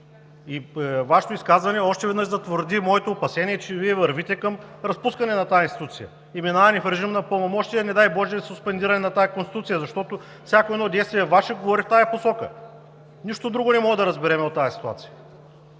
Вашето изказване още веднъж затвърди моето опасение, че Вие вървите към разпускане на тази институция и минаваме в режим на пълномощия, не дай боже, суспендиране на тази Конституция, защото всяко едно Ваше действие говори в тази посока. Нищо друго не можем да разберем от тази ситуация.